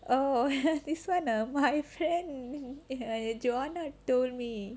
oh this [one] ah my friend joanna you wanna told me